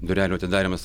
durelių atidarymas